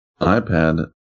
iPad